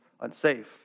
unsafe